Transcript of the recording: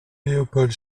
léopold